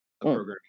programming